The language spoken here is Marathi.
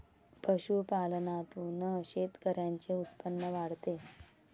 पशुपालनातून शेतकऱ्यांचे उत्पन्न वाढते